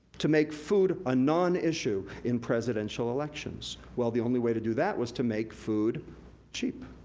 to make food a non-issue in presidential elections. well, the only way to do that was to make food cheap.